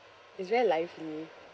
it's very lively